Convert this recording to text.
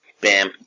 Bam